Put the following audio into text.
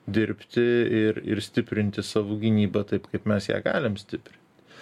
dirbti ir ir stiprinti savo gynybą taip kaip mes ją galim stiprinti